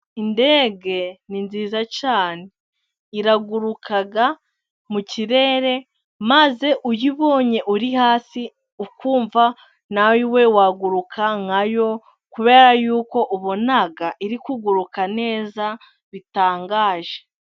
Indege ni nziza cyane iraguruka mu kirere maze uyibonye uri hasi ukumva nawe waguruka nka yo kubera yuko ubona iri kuguruka neza bitangaje.